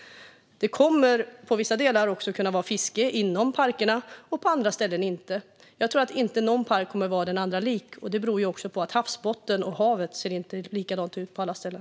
I vissa fall kommer det att kunna fiskas inom parkerna, i andra fall inte. Ingen park kommer nog att vara den andra lik. Det beror också på att havet och havsbotten inte ser likadan ut på alla ställen.